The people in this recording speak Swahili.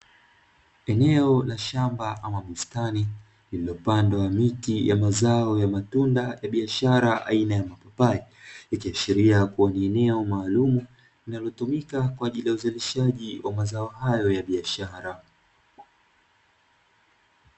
Eneo la shamba ama bustani lililopandwa miti ya mazao ya matunda ya biashara aina ya mapapai, yakiashiria kuwa ni eneo maalumu linalotumika kwa ajili ya uzalishaji wa mazao hayo ya biashara.